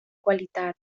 qualitat